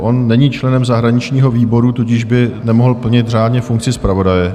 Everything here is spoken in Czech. On není členem zahraničního výboru, tudíž by nemohl řádně plnit funkci zpravodaje.